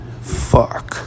Fuck